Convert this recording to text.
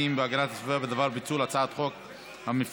והגנת הסביבה בדבר פיצול הצעת החוק המפלגות.